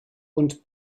und